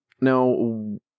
now